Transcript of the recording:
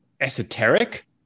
esoteric